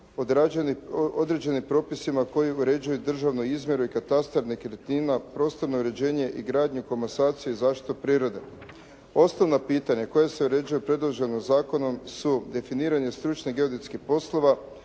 određenim propisima koji uređuju državnu izmjeru i katastar nekretnina, prostorno uređenje i gradnju komasacije i zaštitu prirode. Osnovna pitanja koje se uređuju predloženim zakonom su definiranje stručnih geodetskih poslova,